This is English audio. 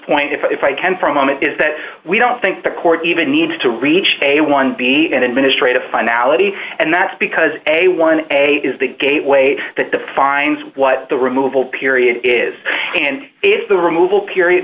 point if i can for a moment is that we don't think the court even needs to reach a one be an administrative finality and that's because a one a is the gateway that defines what the removal period is and it's the removal period